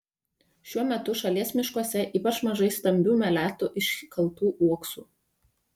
šiuo metu šalies miškuose ypač mažai stambių meletų iškaltų uoksų